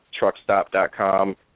truckstop.com